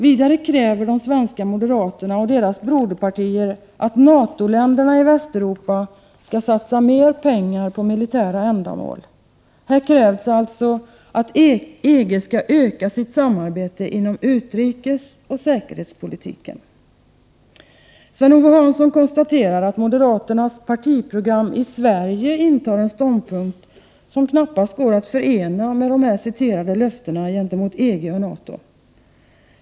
Vidare kräver de svenska moderaterna och deras broderpartier att NATO-länderna i Västeuropa ska satsa mer pengar på militära ändamål: —-—-- Här krävs alltså att EG ska öka sitt samarbete inom utrikesoch säkerhetspolitiken.” Sven-Ove Hansson konstaterar att moderaternas partiprogram i Sverige intar en ståndpunkt som knappast går att förena med de här citerade löftena gentemot EG och NATO.